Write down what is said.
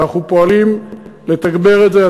אנחנו פועלים לתגבר את זה.